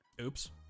Oops